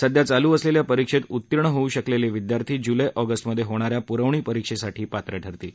सध्या चालू असलेल्या परीक्षेत उत्तीर्ण होऊ शकलेले विद्यार्थी जुलै ऑगस्टमध्ये होणाऱ्या पुरवणी परिक्षेसाठी पात्र ठरतील